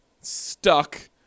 stuck